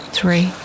Three